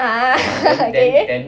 ah ah ah okay